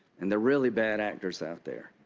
and they are really bad actors out there.